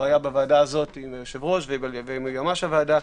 היה בוועדה הזאת עם היושב-ראש ועם יועמ"ש הוועדה,